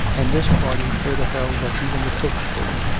and this party further held that even the pope's bull,